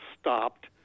stopped